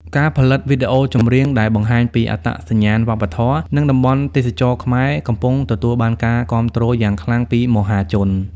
ការផលិតវីដេអូចម្រៀងដែលបង្ហាញពីអត្តសញ្ញាណវប្បធម៌ និងតំបន់ទេសចរណ៍ខ្មែរ កំពុងទទួលបានការគាំទ្រយ៉ាងខ្លាំងពីមហាជន។